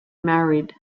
married